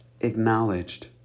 acknowledged